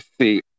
see